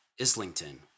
Islington